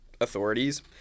authorities